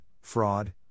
fraud